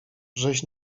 żeś